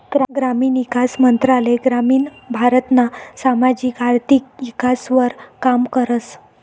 ग्रामीण ईकास मंत्रालय ग्रामीण भारतना सामाजिक आर्थिक ईकासवर काम करस